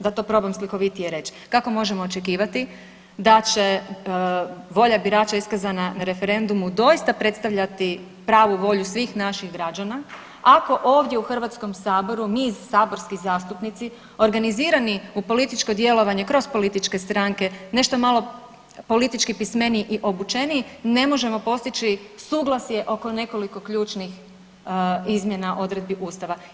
Da to probam slikovitije reć, kako možemo očekivati da će volja birača iskazana na referendumu doista predstavljati pravu volju svih naših građana ako ovdje u HS mi saborski zastupnici organizirani u političko djelovanje kroz političke stranke nešto malo politički pismeniji i obučeniji ne možemo postići suglasje oko nekoliko ključnih izmjena odredbi Ustava.